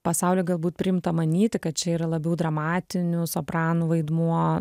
pasauly galbūt priimta manyti kad čia yra labiau dramatinių sopranų vaidmuo